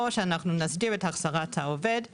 או שאנחנו נסדיר את החזרת העובד לארצו.